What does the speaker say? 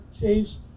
changed